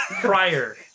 Prior